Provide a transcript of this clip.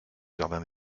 jardin